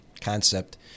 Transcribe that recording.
concept